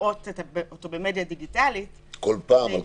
לראות אותו במדיה דיגיטלית, זה ייתן מענה.